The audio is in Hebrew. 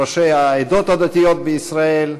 ראשי העדות הדתיות בישראל,